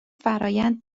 فرایند